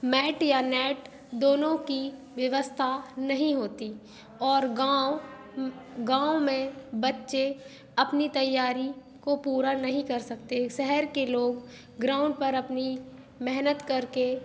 mat या net दोनो की व्यवस्था नहीं होती और गाँव गाँव में बच्चे अपनी तैयारी को पूरा नहीं कर सकते शहर के लोग ग्राउंड पर अपनी मेहनत करके